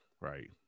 right